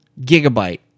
Gigabyte